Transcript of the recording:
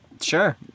Sure